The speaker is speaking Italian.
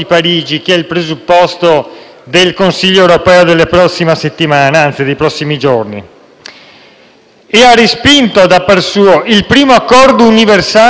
e ha respinto da par suo il primo accordo universale e giuridicamente vincolante sottoscritto da 195 Paesi.